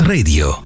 Radio